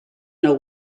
know